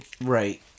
Right